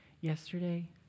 yesterday